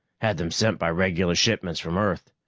had them sent by regular shipments from earth.